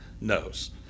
knows